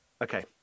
Okay